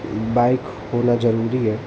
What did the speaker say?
bike होना ज़रूरी है